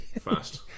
fast